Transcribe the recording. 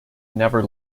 never